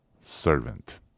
servant